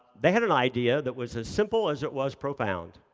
they had an idea that was as simple as it was profound.